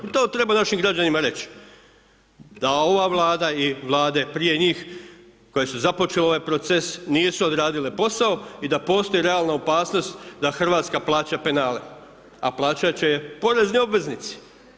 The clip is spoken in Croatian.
To treba našim građanima reći da ova Vlada i vlade prije njih koje su započele ovaj proces nisu odradile posao i da postoji realna opasnost da Hrvatska plaća penale, a plaćat će je porezni obveznici.